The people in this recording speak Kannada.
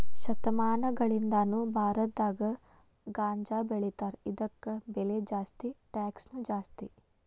ಶತಮಾನಗಳಿಂದಾನು ಭಾರತದಾಗ ಗಾಂಜಾಬೆಳಿತಾರ ಇದಕ್ಕ ಬೆಲೆ ಜಾಸ್ತಿ ಟ್ಯಾಕ್ಸನು ಜಾಸ್ತಿ